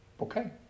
Okay